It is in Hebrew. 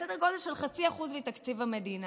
סדר גודל של 0.5% מתקציב המדינה.